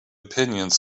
opinions